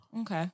Okay